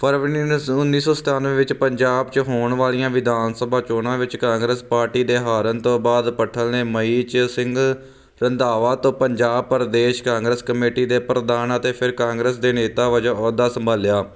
ਫਰਵਰੀ ਉੱਨੀ ਸੋ ਸਤਾਨਵੇਂ ਵਿੱਚ ਪੰਜਾਬ ਚ ਹੋਣ ਵਾਲੀਆਂ ਵਿਧਾਨ ਸਭਾ ਚੋਣਾਂ ਵਿੱਚ ਕਾਂਗਰਸ ਪਾਰਟੀ ਦੇ ਹਾਰਨ ਤੋਂ ਬਾਅਦ ਭੱਠਲ ਨੇ ਮਈ ਚ ਸਿੰਘ ਰੰਧਾਵਾ ਤੋਂ ਪੰਜਾਬ ਪ੍ਰਦੇਸ਼ ਕਾਂਗਰਸ ਕਮੇਟੀ ਦੇ ਪ੍ਰਧਾਨ ਅਤੇ ਫਿਰ ਕਾਂਗਰਸ ਦੇ ਨੇਤਾ ਵਜੋਂ ਅਹੁਦਾ ਸੰਭਾਲਿਆ